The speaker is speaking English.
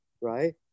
right